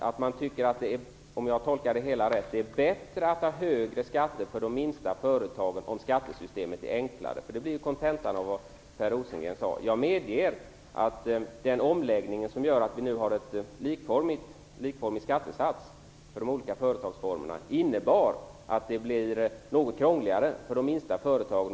Om jag tolkar det hela rätt tycker man att det är bättre att ha högre skatter för de minsta företagen om skattesystemet blir enklare; det blir ju kontentan av det som Per Rosengren sade. Jag medger att den skatteomläggning som gör att vi nu har en likformig skattesats för de olika företagsformerna innebär att det blir något krångligare för de minsta företagen.